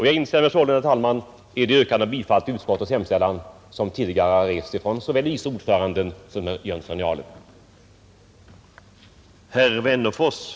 Jag instämmer således, herr talman, i det yrkande om bifall till utskottets hemställan som tidigare har rests av såväl utskottets vice ordförande som herr Jönsson i Arlöv.